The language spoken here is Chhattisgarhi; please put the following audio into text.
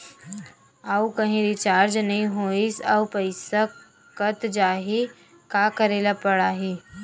आऊ कहीं रिचार्ज नई होइस आऊ पईसा कत जहीं का करेला पढाही?